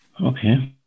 Okay